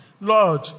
Lord